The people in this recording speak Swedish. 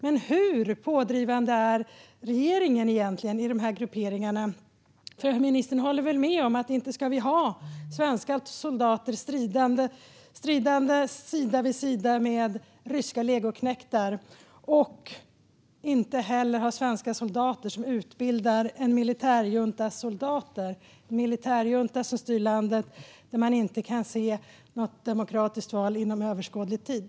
Men hur pådrivande är regeringen egentligen i de här grupperingarna? Ministern håller väl med om att vi inte ska ha svenska soldater stridande sida vid sida med ryska legoknektar? Inte heller ska vi väl ha svenska soldater som utbildar en militärjuntas soldater - en militärjunta som styr landet där man inte kan se något demokratiskt val inom överskådlig tid.